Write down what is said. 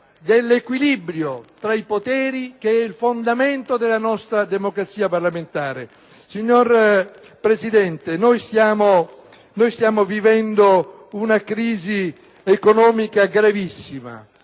nell'equilibrio tra i poteri stessi, fondamento della nostra democrazia parlamentare. Signor Presidente, l'Italia sta vivendo una crisi economica, finanziaria